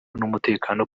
n’umutekano